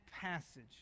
passage